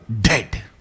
dead